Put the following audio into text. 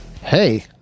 Hey